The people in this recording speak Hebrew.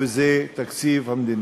וזה תקציב המדינה.